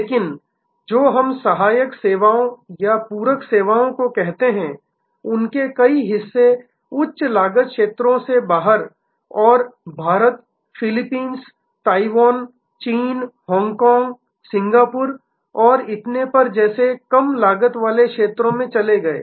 लेकिन जो हम सहायक सेवाओं या पूरक सेवाओं को कहते हैं उनके कई हिस्से उच्च लागत क्षेत्रों से बाहर और भारत फिलीपींस ताइवान चीन हांगकांग सिंगापुर और इतने पर जैसे कम लागत वाले क्षेत्रों में चले गए